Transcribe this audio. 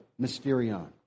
mysterion